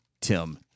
Tim